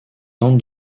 tente